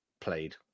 played